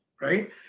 right